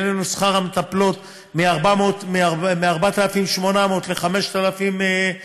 העלינו את שכר המטפלות מ-4,800 ל-5,400.